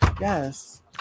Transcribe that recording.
yes